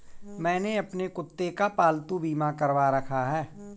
मैंने अपने कुत्ते का पालतू बीमा करवा रखा है